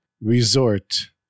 resort